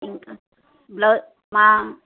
ఇంకా బ్లౌ మా